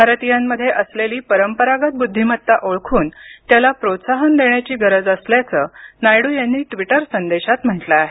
भारतीयांमध्ये असलेली परंपरागत बुद्वीमत्ता ओळखून त्याला प्रोत्साहन देण्याची गरज असल्याचं नायडू यांनी ट्विटर संदेशात म्हटलं आहे